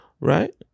Right